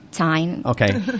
okay